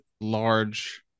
large